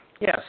Yes